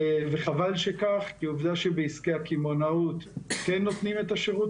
וחבל שכך כי עובדה שבעסקי הקמעונאות נותנים את השירות